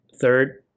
Third